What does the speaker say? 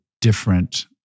different